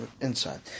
inside